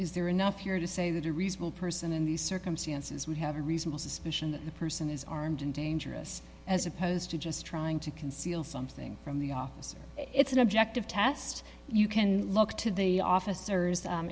is there enough here to say that a reasonable person in these circumstances would have a reasonable suspicion that the person is armed and dangerous as opposed to just trying to conceal something from the office it's an objective test you can look to the officers